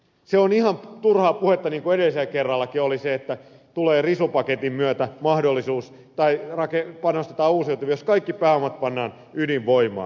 se on ihan turhaa puhetta niin kuin edellisellä kerrallakin oli se että tulee risupaketin myötä mahdollisuus tai panostetaan uusiutuviin jos kaikki pääomat pannaan ydinvoimaan